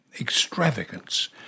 Extravagance